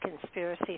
conspiracy